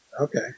Okay